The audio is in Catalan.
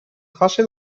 fase